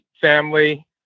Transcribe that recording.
family